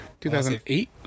2008